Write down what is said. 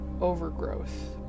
overgrowth